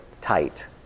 tight